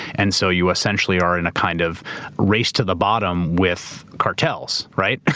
and so you essentially are in a kind of race to the bottom with cartels. right?